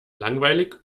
langweilig